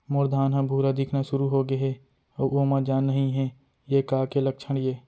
मोर धान ह भूरा दिखना शुरू होगे हे अऊ ओमा जान नही हे ये का के लक्षण ये?